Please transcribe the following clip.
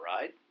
ride